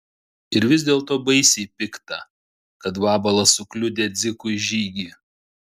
ir vis dėlto baisiai pikta kad vabalas sukliudė dzikui žygį